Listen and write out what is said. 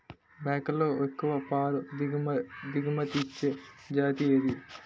మేకలలో ఎక్కువ పాల దిగుమతి ఇచ్చే జతి ఏది?